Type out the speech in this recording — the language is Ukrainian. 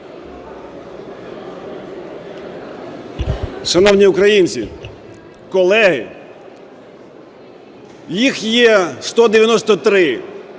Шановні українці, колеги! Їх є 193